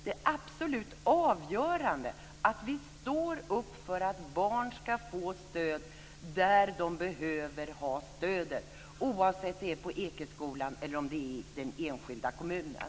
Det absolut avgörande är att vi står upp för att barn ska få stöd där de behöver det oavsett om det är på Ekeskolan eller i den enskilda kommunen.